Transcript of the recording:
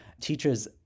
teachers